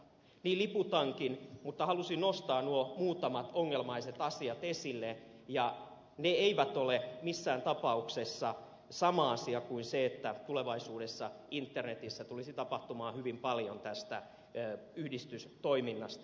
niin liputankin mutta halusin nostaa nuo muutamat ongelmaiset asiat esille ja ne eivät ole missään tapauksessa sama asia kuin se että tulevaisuudessa internetissä tulisi tapahtumaan hyvin paljon tästä yhdistystoiminnasta